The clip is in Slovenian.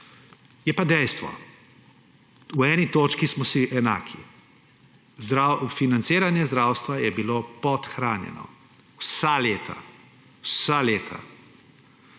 Je pa dejstvo, v eni točki smo si enaki. Financiranje zdravstva je bilo podhranjeno vsa leta, vsa leta.